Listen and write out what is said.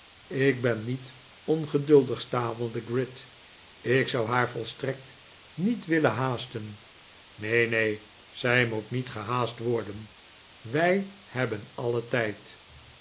ik ben niet ongeduldig stamelde gride ik zou haar volstrekt niet willen haasten neen neen zij moet niet gehaast worden wij hebben alien tijd